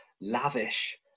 lavish